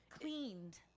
cleaned